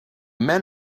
men